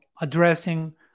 addressing